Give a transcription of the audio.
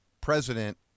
president